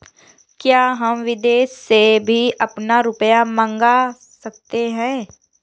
क्या हम विदेश से भी अपना रुपया मंगा सकते हैं?